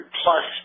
plus